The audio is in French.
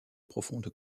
profonde